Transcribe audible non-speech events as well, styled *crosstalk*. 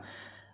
*breath*